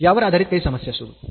यावर आधारित काही समस्या सोडवू